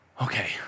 Okay